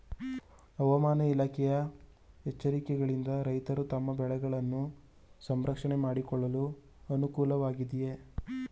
ಹವಾಮಾನ ಇಲಾಖೆಯ ಎಚ್ಚರಿಕೆಗಳಿಂದ ರೈತರು ತಮ್ಮ ಬೆಳೆಗಳನ್ನು ಸಂರಕ್ಷಣೆ ಮಾಡಿಕೊಳ್ಳಲು ಅನುಕೂಲ ವಾಗಿದೆಯೇ?